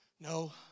no